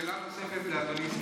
שאלה נוספת לאדוני סגן השר.